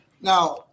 Now